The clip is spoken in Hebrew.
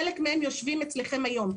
חלק מהם יושבים אצלכם היום.